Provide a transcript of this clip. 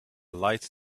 light